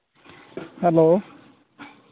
hello